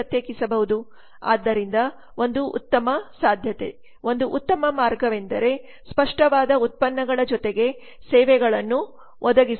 ಆದ್ದರಿಂದ ಒಂದು ಉತ್ತಮ ಸಾಧ್ಯತೆ ಒಂದು ಉತ್ತಮ ಮಾರ್ಗವೆಂದರೆ ಸ್ಪಷ್ಟವಾದ ಉತ್ಪನ್ನಗಳ ಜೊತೆಗೆ ಸೇವೆಗಳನ್ನು ಒದಗಿಸುವುದು